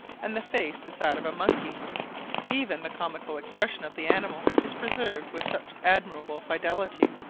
and the face is that of a monkey even the comical expression of the animal is preserved with such admirable fidelity,